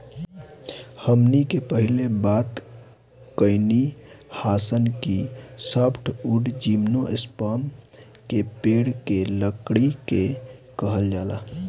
हमनी के पहिले बात कईनी हासन कि सॉफ्टवुड जिम्नोस्पर्म के पेड़ के लकड़ी के कहल जाला